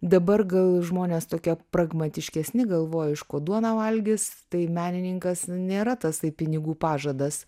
dabar gal žmonės tokie pragmatiškesni galvoja iš ko duoną valgys tai menininkas nėra tasai pinigų pažadas